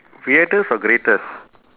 weirdest or greatest